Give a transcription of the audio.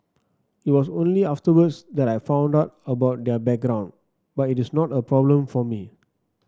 it was only afterwards that I found out about their background but it is not a problem for me